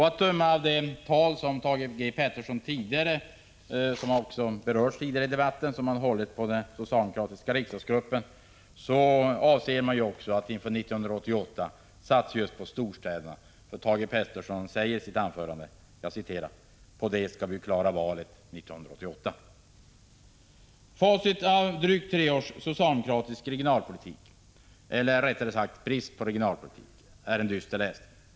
Att döma av det tidigare i debatten nämnda tal som Thage G. Peterson hållit inför den socialdemokratiska riksdagsgruppen avser socialdemokraterna att också inför 1988 satsa just på storstäderna. Thage Peterson sade nämligen i sitt anförande: ”På det skall vi klara valet 1988.” Facit av drygt tre års socialdemokratisk regionalpolitik — eller, rättare sagt, brist på regionalpolitik — är en dyster läsning.